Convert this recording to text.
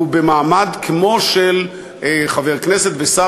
הוא במעמד כמו של חבר כנסת ושר,